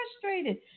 frustrated